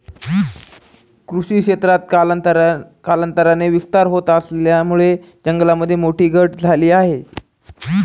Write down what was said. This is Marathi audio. कृषी क्षेत्रात कालांतराने विस्तार होत असल्यामुळे जंगलामध्ये मोठी घट झाली आहे